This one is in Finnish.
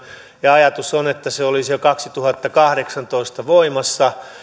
ja ajatus on että se olisi jo kaksituhattakahdeksantoista voimassa